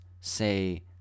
say